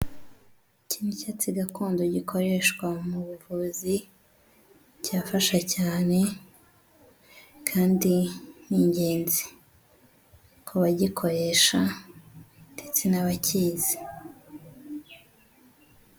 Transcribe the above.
Iki ni icyatsi gakondo, gikoreshwa mu buvuzi, kirafasha cyane kandi n' ingenzi ku bagikoresha ndetse n'abakizi.